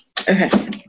Okay